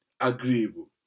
agreeable